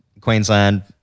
Queensland